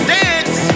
dance